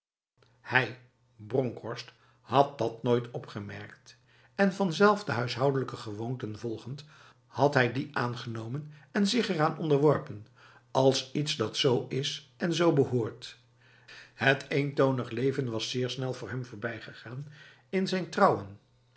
hij bronkhorst had dat nooit opgemerkt en vanzelfde huishoudelijke gewoonten volgend had hij die aangenomen en zich eraan onderworpen als iets dat zo is en zo behoort het eentonig leven was zeer snel voor hem voorbijgegaan in zijn trouwen